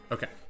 Okay